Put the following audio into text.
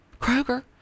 Kroger